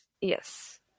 Yes